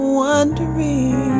wondering